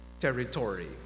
territory